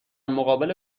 مقابل